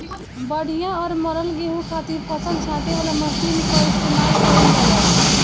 बढ़िया और मरल गेंहू खातिर फसल छांटे वाला मशीन कअ इस्तेमाल कइल जाला